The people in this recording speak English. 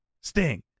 sting